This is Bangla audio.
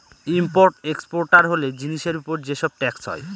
ইম্পোর্ট এক্সপোর্টার হলে জিনিসের উপর যে সব ট্যাক্স হয়